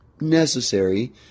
necessary